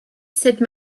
cette